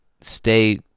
stay